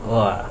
!wah!